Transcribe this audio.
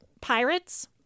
pirates